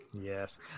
Yes